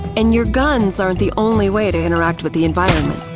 and your guns aren't the only way to interact with the environment.